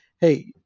hey